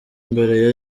mbere